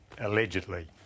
allegedly